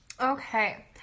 Okay